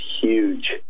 huge